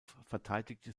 verteidigte